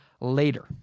later